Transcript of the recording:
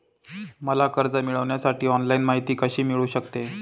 मला कर्ज मिळविण्यासाठी ऑनलाइन माहिती कशी मिळू शकते?